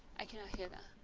i cannot hear that